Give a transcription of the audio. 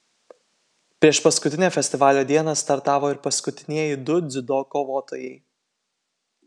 priešpaskutinę festivalio dieną startavo ir paskutinieji du dziudo kovotojai